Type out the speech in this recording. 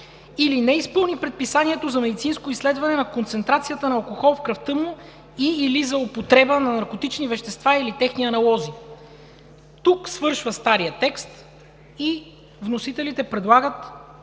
или не е изпълнил предписанието за медицинско изследване на концентрацията на алкохол в кръвта му, и/или за употреба на наркотични вещества, или техни аналози“. Тук свършва старият текст и вносителите предлагат